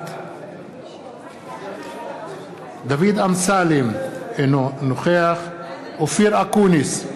בעד דוד אמסלם, אינו נוכח אופיר אקוניס,